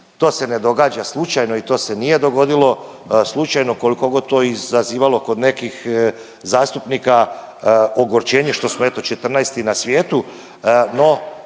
To se ne događa slučajno i to se nije dogodilo slučajno, koliko god to izazivalo kod nekih zastupnika ogorčenje što smo eto 14. na svijetu,